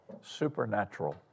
supernatural